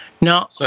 Now